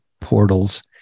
portals